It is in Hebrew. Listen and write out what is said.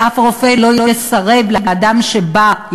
ואף רופא לא יסרב לאדם שבא,